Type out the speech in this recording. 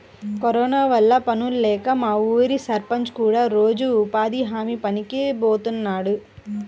corona వల్ల పనుల్లేక మా ఊరి సర్పంచ్ కూడా రోజూ ఉపాధి హామీ పనికి బోతన్నాడు